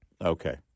Okay